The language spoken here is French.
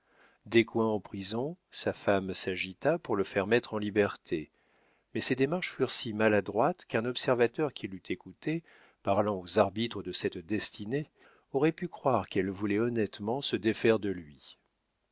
en prison sa femme s'agita pour le faire mettre en liberté mais ses démarches furent si maladroites qu'un observateur qui l'eût écoutée parlant aux arbitres de cette destinée aurait pu croire qu'elle voulait honnêtement se défaire de lui